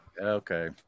Okay